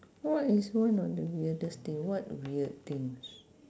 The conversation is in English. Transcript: what is one of the weirdest thing what weird things